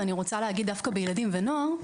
ואני רוצה להגיד דווקא בילדים ונוער,